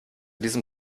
diesem